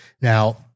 Now